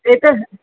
ते तर